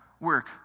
work